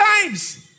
times